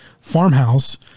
farmhouse